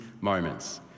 moments